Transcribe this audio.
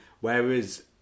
whereas